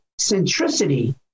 centricity